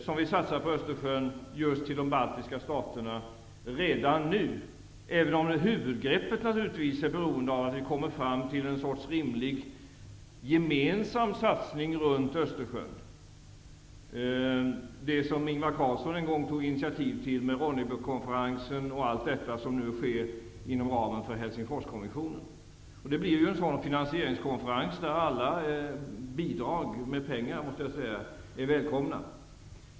Vi satsar alltså på Östersjön och på just de baltiska staterna redan nu, även om vi beträffande huvudgreppet naturligtvis är beroende av att vi kommer fram till en sorts rimlig gemensam satsning runt Östersjön. Jag tänker på vad Ingvar Carlsson en gång tog initiativ till -- Ronnebykonferensen och allt det som nu sker inom ramen för Helsingforskommissionen. I mars blir det en finansieringskonferens i Gdynia, där alla penningbidrag är välkomna.